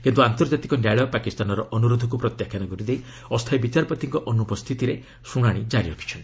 କିନ୍ତୁ ଆନ୍ତର୍ଜାତିକ ନ୍ୟାୟାଳୟ ପାକିସ୍ତାନର ଅନୁରୋଧକୁ ପ୍ରତ୍ୟାଖ୍ୟାନ କରିଦେଇ ଅସ୍ଥାୟୀ ବିଚାରପତିଙ୍କ ଅନ୍ତ୍ରପସ୍ଥିତିରେ ଶ୍ରଣାଣି କାରି ରଖିଛନ୍ତି